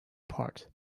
part